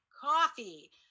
coffee